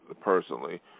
personally